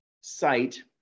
site